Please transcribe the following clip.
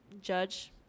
judge